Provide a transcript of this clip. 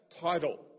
title